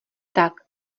tak